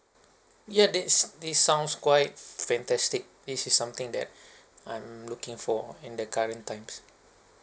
yeah that's this sounds quite fantastic this is something that I'm looking for in the current times